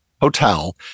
hotel